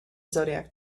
zodiac